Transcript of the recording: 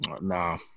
Nah